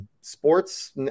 sports